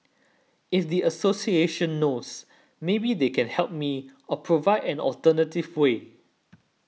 if the association knows maybe they can help me or provide an alternative way